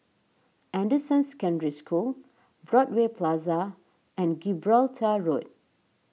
Anderson Secondary School Broadway Plaza and Gibraltar Road